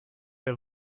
der